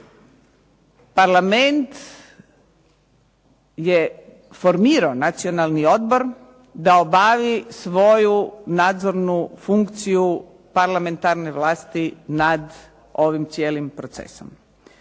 Parlament je formirao Nacionalni odbor da obavi svoju nadzornu funkciju parlamentarne vlasti nad ovim cijelim procesom.